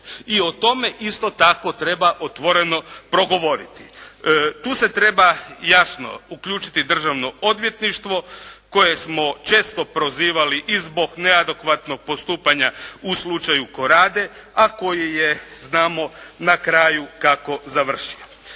i o tome isto tako treba otvoreno progovoriti. Tu se treba jasno uključiti državno odvjetništvo koje smo često prozivali i zbog neadekvatnog postupanja u slučaju Korade, a koji je znamo na kraju kako završio.